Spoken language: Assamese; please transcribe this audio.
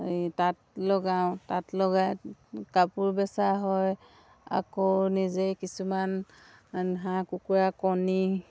এই তাঁত লগাওঁ তাঁত লগাই কাপোৰ বেচা হয় আকৌ নিজে কিছুমান হাঁহ কুকুৰা কণী